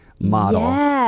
model